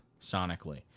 sonically